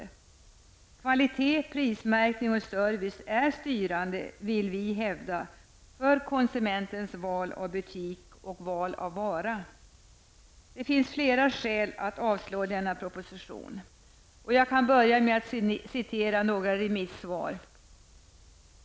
Vi vill hävda att kvalité, prismärkning och service är styrande för konsumentens val av butik och av vara. Det finns flera skäl till att avslå denna proposition. Jag kan börja med att citera några remissvar.